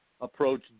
approach